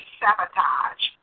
sabotage